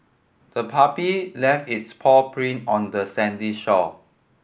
the puppy left its paw print on the sandy shore